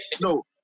no